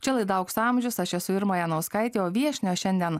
čia laida aukso amžius aš esu irma janauskaitė o viešnios šiandien